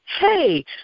hey